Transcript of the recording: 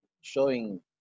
showing